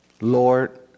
Lord